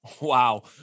Wow